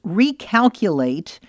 recalculate